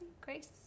Grace